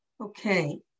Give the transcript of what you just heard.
Okay